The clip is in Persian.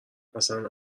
اصن